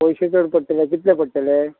पयशे चड पडटले कितले पडटले